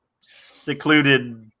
secluded